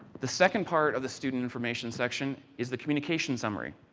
the second part of the student information section is the communication summary,